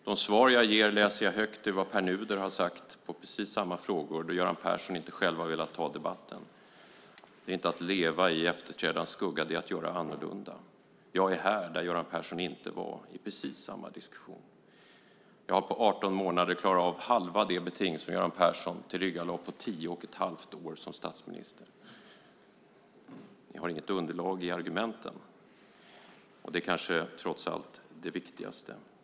De svar jag ger läser jag högt ur de svar som Pär Nuder har gett på precis samma frågor då Göran Persson själv inte har velat ta debatten. Det är inte att leva i efterträdarens skugga. Det är att göra annorlunda. Jag är här där Göran Persson inte var i precis samma diskussion. Jag har på 18 månader klarat av halva det beting som Göran Persson tillryggalade på tio och ett halvt år som statsminister. Ni har inget underlag i argumenten, och det är kanske trots allt det viktigaste.